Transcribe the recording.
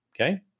Okay